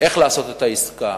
איך לעשות את העסקה,